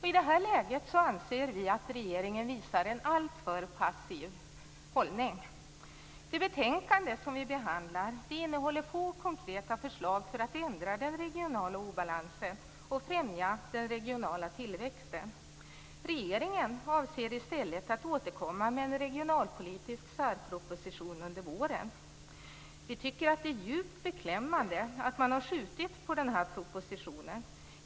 I det läget anser vi att regeringen visar en alltför passiv hållning. Det betänkande som vi behandlar innehåller få konkreta förslag för att ändra den regionala obalansen och främja den regionala tillväxten. Regeringen avser i stället att återkomma med en regionalpolitisk särproposition under våren. Vi tycker att det är djupt beklämmande att man har skjutit på propositionen.